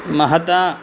महता